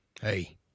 Hey